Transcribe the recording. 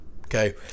Okay